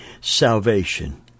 salvation